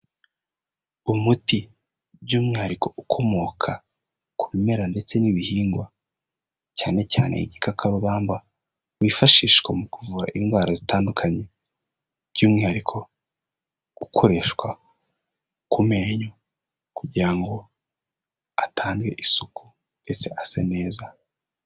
Umuti by'umwihariko ukomoka ku bimera ndetse n'ibihingwa cyane cyane igikakarubamba wifashishwa mu kuvura indwara zitandukanye by'umwihariko gukoreshwa ku menyo kugirango atange isuku ndetse asa neza.